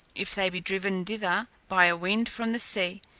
if they be driven thither by a wind from the sea,